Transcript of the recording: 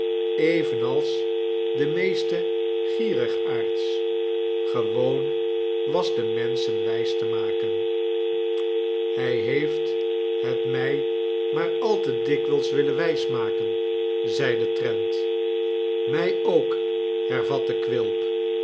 evenals de meeste gierigaards gewoon was de menschen wijs te maken hij heeft het mij maar al te dikwijls willen wijsmaken zeide trent mij ook hervatte quilp